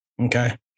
Okay